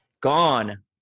gone